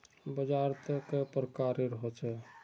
बाजार त कई प्रकार होचे?